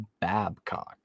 Babcock